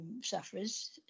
sufferers